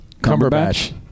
Cumberbatch